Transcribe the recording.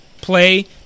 play